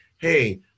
hey